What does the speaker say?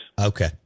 Okay